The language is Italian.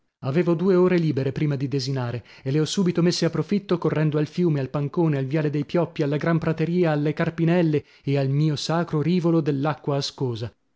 avevo due ore libere prima di desinare e le ho subito messe a profitto correndo al fiume al pancone al viale dei pioppi alla gran prateria alle carpinelle e al mio sacro rivolo dell'acqua ascosa